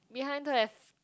behind don't have